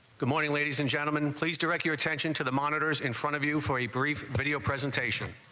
good morning, ladies and gentlemen please direct your attention to the monitors in front of you for a brief video presentation